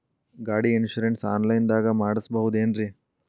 ಗಾಡಿ insurance online ದಾಗ ಮಾಡಸ್ಬಹುದೆನ್ರಿ?